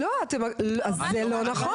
לא, אז זה לא נכון.